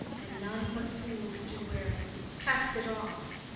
and none but fools do wear it. cast it off.